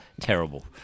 terrible